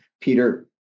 Peter